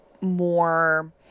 more